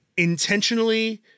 intentionally